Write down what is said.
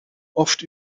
oft